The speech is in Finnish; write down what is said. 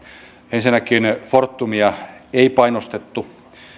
ensinnäkin fortumia ei painostettu